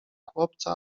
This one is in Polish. chłopca